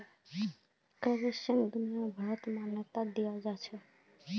करेंसीक दुनियाभरत मान्यता दियाल जाछेक